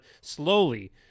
slowly